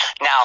Now